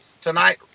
tonight